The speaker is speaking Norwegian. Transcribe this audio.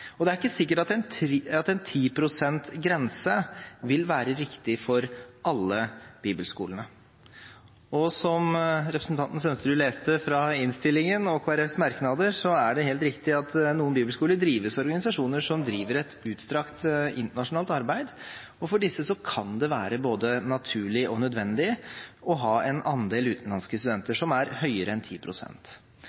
bibelskole. Det er ikke sikkert at en 10 pst.-grense vil være riktig for alle bibelskolene. Som representanten Sønsterud leste fra innstillingen og Kristelig Folkepartis merknader, er det helt riktig at noen bibelskoler drives av organisasjoner som driver et utstrakt internasjonalt arbeid, og for disse kan det være både naturlig og nødvendig å ha en andel utenlandske